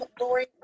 Lori